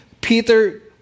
Peter